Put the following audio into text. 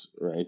right